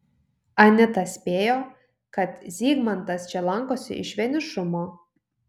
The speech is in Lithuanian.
anita spėjo kad zygmantas čia lankosi iš vienišumo